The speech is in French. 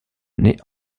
naît